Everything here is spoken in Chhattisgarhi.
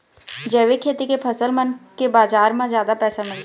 जैविक खेती के फसल मन के बाजार म जादा पैसा मिलथे